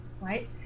right